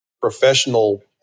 professional